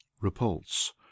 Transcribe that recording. Repulse